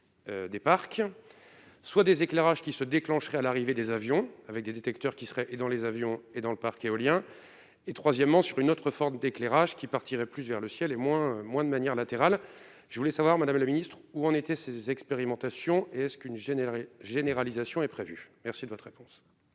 des parcs, soit des éclairages qui se déclencheraient à l'arrivée des avions avec des détecteurs qui serait et dans les avions et dans le parc éolien et troisièmement sur une autre forme d'éclairage qui partiraient plus vers le ciel et moins moins de manière latérale, je voulais savoir, Madame la Ministre, où en étaient ses expérimentations et est-ce qu'une gêne la généralisation est prévue, merci de votre réponse.